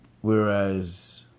Whereas